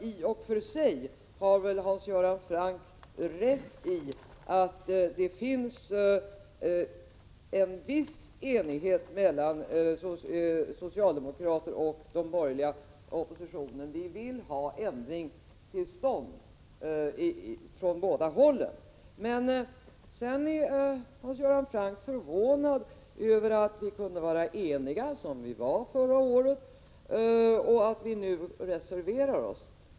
I och för sig har väl Hans Göran Franck rätt när han säger att det finns en viss enighet mellan socialdemokraterna och de borgerliga — oppositionen. Från båda hållen vill vi ju ha en ändring till stånd. Hans Göran Franck är förvånad över att vi som var så eniga förra året nu reserverar oss.